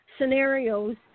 scenarios